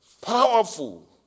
powerful